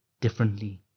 differently